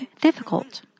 difficult